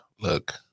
Look